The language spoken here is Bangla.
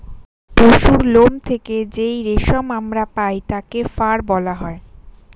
পশুর লোম থেকে যেই রেশম আমরা পাই তাকে ফার বলা হয়